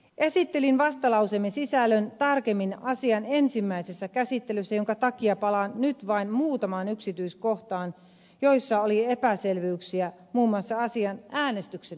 esittelin vastalauseemme sisällön tarkemmin asian ensimmäisessä käsittelyssä minkä takia palaan nyt vain muutamaan yksityiskohtaan joissa oli epäselvyyksiä muun muassa asian äänestyksen yhteydessä